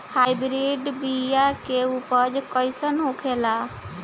Hybrid बीया के उपज कैसन होखे ला?